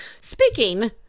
Speaking